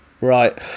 Right